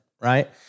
right